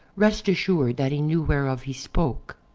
rest assured that he knew whereof he spoke.